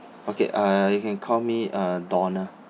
okay uh you can call me uh donald